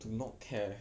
to not care